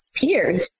peers